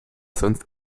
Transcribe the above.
sonst